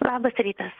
labas rytas